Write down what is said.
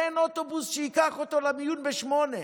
אין אוטובוס שייקח אותו למיון ב-08:00.